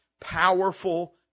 powerful